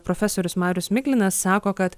profesorius marius miglinas sako kad